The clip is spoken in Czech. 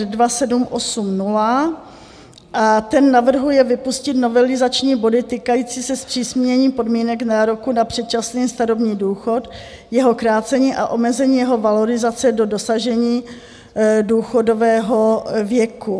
A ten navrhuje vypustit novelizační body týkající se zpřísnění podmínek nároku na předčasný starobní důchod, jeho krácení a omezení jeho valorizace do dosažení důchodového věku.